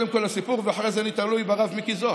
קודם כול הסיפור, אחר כך אני תלוי ברב מיקי זוהר.